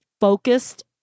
focused